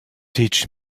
teach